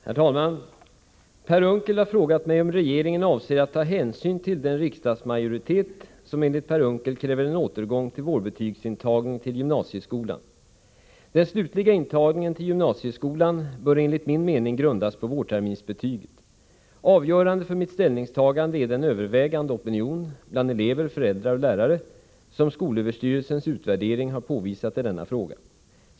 Herr talman! Per Unckel har frågat mig om regeringen avser att ta hänsyn till den riksdagsmajoritet som — enligt Per Unckel — kräver en återgång till vårbetygsintagning till gymnasieskolan. Den slutliga intagningen till gymnasieskolan bör enligt min mening grundas på vårterminsbetyget. Avgörande för mitt ställningstagande är den övervägande opinion, bland elever, föräldrar och lärare, som skolöverstyrelsens utvärdering har påvisat i denna fråga.